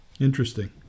Interesting